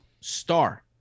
star